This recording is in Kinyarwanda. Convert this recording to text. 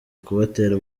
kubatera